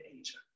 Asia